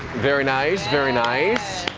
very nice, very nice!